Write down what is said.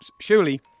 Surely